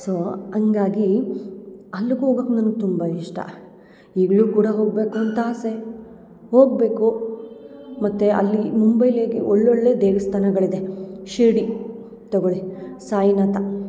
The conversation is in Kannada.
ಸೊ ಹಂಗಾಗಿ ಅಲ್ಲಿಗು ಹೋಗಕ್ ನಂಗೆ ತುಂಬ ಇಷ್ಟ ಈಗಲೂ ಕೂಡ ಹೋಗಬೇಕು ಅಂತ ಆಸೆ ಹೋಗಬೇಕು ಮತ್ತು ಅಲ್ಲಿ ಮುಂಬೈಲ್ಲಿ ಹೇಗೆ ಒಳ್ಳೊಳ್ಳೆಯ ದೇವಸ್ಥಾನಗಳಿದೆ ಶಿರಡಿ ತೊಗೊಳ್ಳಿ ಸಾಯಿನಾಥ